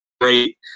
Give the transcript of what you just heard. great